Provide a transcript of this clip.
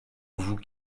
vous